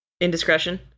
indiscretion